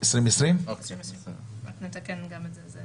התיקון מאושר.